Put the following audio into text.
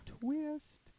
TWIST